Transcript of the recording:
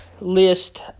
list